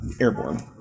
Airborne